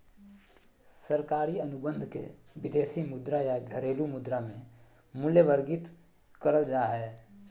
सरकारी अनुबंध के विदेशी मुद्रा या घरेलू मुद्रा मे मूल्यवर्गीत करल जा हय